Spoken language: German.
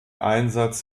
einsatz